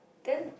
then